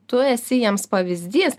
tu esi jiems pavyzdys